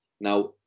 now